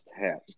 tap